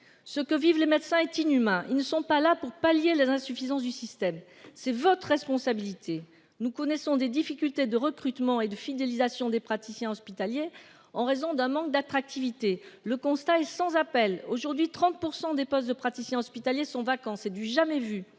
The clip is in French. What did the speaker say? Ce que vivent les médecins est inhumain. Ils ne sont pas là pour pallier les insuffisances du système, c'est votre responsabilité, nous connaissons des difficultés de recrutement et de fidélisation des praticiens hospitaliers en raison d'un manque d'attractivité. Le constat est sans appel. Aujourd'hui 30% des postes de praticiens hospitaliers sont vacants. C'est du jamais vu.